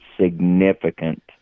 significant